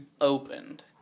opened